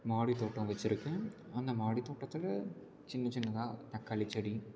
மாடித்தோட்டம் வச்சுருக்கேன் அந்த மாடி தோட்டத்தில் சின்ன சின்னதாக தக்காளி செடி